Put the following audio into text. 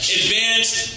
advanced